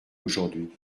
aujourd’hui